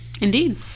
Indeed